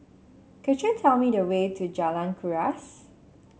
could you tell me the way to Jalan Kuras